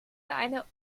einer